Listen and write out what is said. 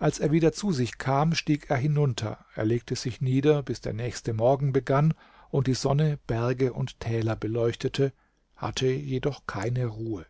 als er wieder zu sich kam stieg er hinunter er legte sich nieder bis der nächste morgen begann und die sonne berge und täler beleuchtete hatte jedoch keine ruhe